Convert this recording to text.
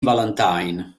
valentine